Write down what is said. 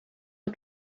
are